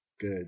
good